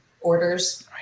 orders